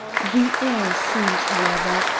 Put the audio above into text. the air seemed, however,